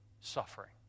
suffering